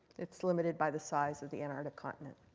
it's limited by the size of the antarctic continent.